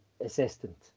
assistant